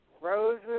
roses